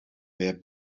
their